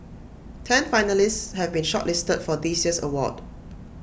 ten finalists have been shortlisted for this year's award